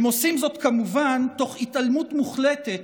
הם עושים זאת כמובן תוך התעלמות מוחלטת